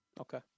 Okay